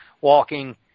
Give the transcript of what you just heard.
walking